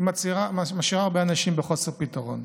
היא משאירה הרבה אנשים בחוסר פתרון.